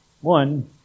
One